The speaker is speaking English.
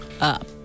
up